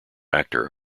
actor